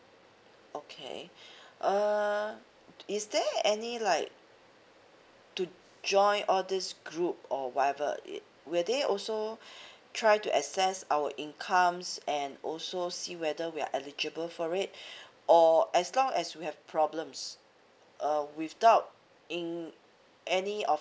okay err is there any like to join all this group or whatever it were they also try to assess our incomes and also see whether we are eligible for it or as long as we have problems uh without in any of